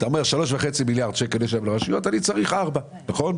אתה אומר 3.5 מיליארד שקלים יש היום לרשויות ואתה צריך 4 מיליארד שקלים.